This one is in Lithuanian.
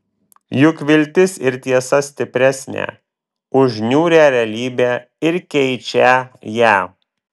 juk viltis ir tiesa stipresnę už niūrią realybę ir keičią ją